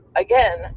again